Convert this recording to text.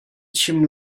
chim